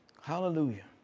Hallelujah